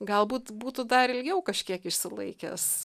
galbūt būtų dar ilgiau kažkiek išsilaikęs